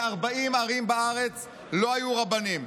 ב-40 ערים בארץ לא היו רבנים.